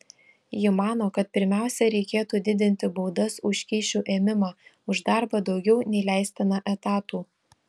ji mano kad pirmiausia reikėtų didinti baudas už kyšių ėmimą už darbą daugiau nei leistina etatų